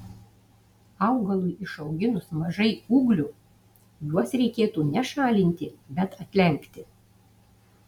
augalui išauginus mažai ūglių juos reikėtų ne šalinti bet atlenkti